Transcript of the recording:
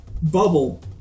Bubble